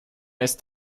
ist